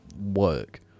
work